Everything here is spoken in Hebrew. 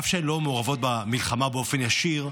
אף שהן לא מעורבות במלחמה באופן ישיר,